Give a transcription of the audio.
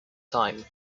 time